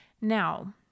Now